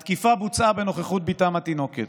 התקיפה בוצעה בנוכחות בתם התינוקת.